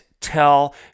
tell